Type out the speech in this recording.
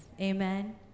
Amen